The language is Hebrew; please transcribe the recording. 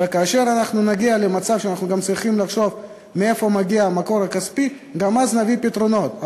וכאשר נגיע למצב שנצטרך לחשוב מאיפה מגיע המקור הכספי גם נביא פתרונות.